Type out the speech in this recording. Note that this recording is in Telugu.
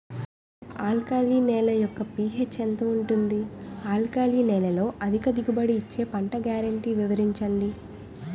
ఆల్కలి నేల యెక్క పీ.హెచ్ ఎంత ఉంటుంది? ఆల్కలి నేలలో అధిక దిగుబడి ఇచ్చే పంట గ్యారంటీ వివరించండి?